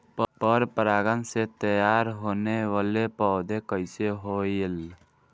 पर परागण से तेयार होने वले पौधे कइसे होएल?